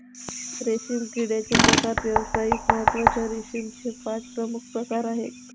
रेशीम किड्याचे प्रकार व्यावसायिक महत्त्वाच्या रेशीमचे पाच प्रमुख प्रकार आहेत